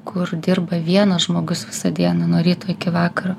kur dirba vienas žmogus visą dieną nuo ryto iki vakaro